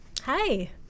Hi